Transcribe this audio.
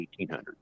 1800s